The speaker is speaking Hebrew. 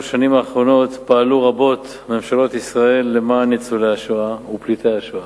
בשנים האחרונות פעלו רבות ממשלות ישראל למען ניצולי השואה ופליטי השואה.